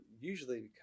usually